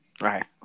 Right